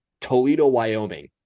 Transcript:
Toledo-Wyoming